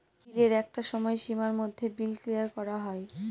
বিলের একটা সময় সীমার মধ্যে বিল ক্লিয়ার করা হয়